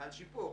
חל שיפור.